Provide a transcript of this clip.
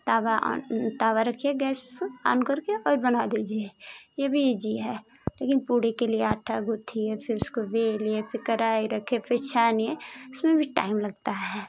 तांबा तांबा रखिए गैस पर ऑन करके और बना दीजिए ये भी इजी है लेकिन पूरी के लिए आँटा गूँथिए फिर उसको बेलिए फिर कढ़ाई रख कर फिर छानिए इसमें भी टाइम लगता है